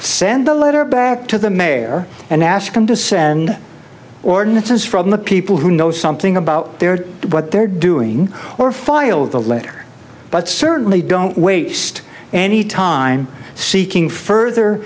send a letter back to the mayor and ask them to send ordinances from the people who know something about what they're doing or file the letter but certainly don't waste any time seeking further